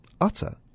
utter